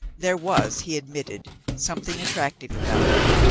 there was, he admitted, something attractive about her.